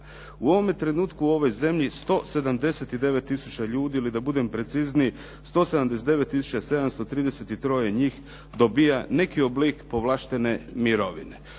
U ovome trenutku u ovoj zemlji 179 tisuća ljudi, ili da budem precizniji 179 tisuća 733 njih dobiva neki oblik povlaštene mirovine.